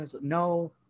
No